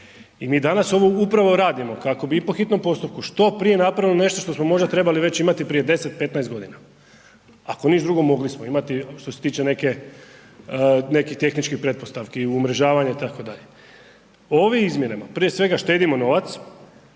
I mi danas ovu upravo radimo, kako bi po hitnom postupku što prije napravili nešto što smo možda trebali već imati prije 10, 15 godina. Ako ništa drugo, mogli smo imati što se tiče neke, nekih tehničkih pretpostavki, umrežavanja, itd. Ovim izmjenama, prije svega štedimo novac.